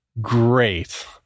Great